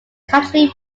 country